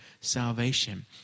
salvation